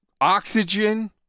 oxygen